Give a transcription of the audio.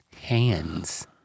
hands